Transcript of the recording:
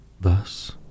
thus